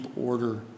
order